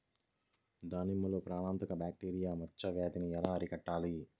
దానిమ్మలో ప్రాణాంతక బ్యాక్టీరియా మచ్చ వ్యాధినీ ఎలా అరికట్టాలి?